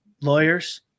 lawyers –